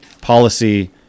policy